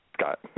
Scott